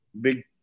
big